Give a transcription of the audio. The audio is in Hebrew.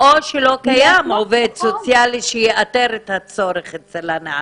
או שלא קיים עובד סוציאלי שיאתר את הצורך אצל הנערים.